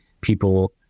people